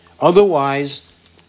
Otherwise